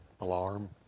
alarm